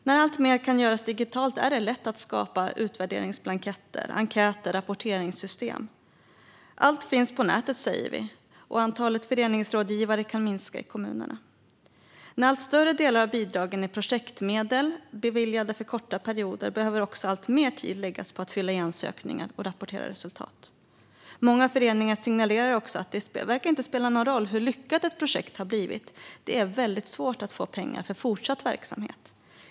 När alltmer kan göras digitalt är det lätt att skapa utvärderingsblanketter, enkäter och rapporteringssystem. Allt finns på nätet, säger vi, och antalet föreningsrådgivare kan minska i kommunerna. När allt större delar av bidragen är projektmedel beviljade för korta perioder behöver alltmer tid läggas på att fylla i ansökningar och rapportera resultat. Många föreningar signalerar också att det inte verkar spela någon roll hur lyckat ett projekt blivit - det är ändå väldigt svårt att få pengar för fortsatt verksamhet.